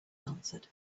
answered